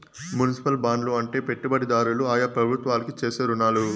municipal బాండ్లు అంటే పెట్టుబడిదారులు ఆయా ప్రభుత్వాలకు చేసే రుణాలు